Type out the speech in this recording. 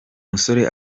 musore